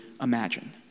imagine